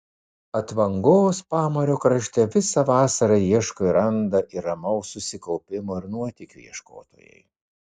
atvangos pamario krašte visą vasarą ieško ir randa ir ramaus susikaupimo ir nuotykių ieškotojai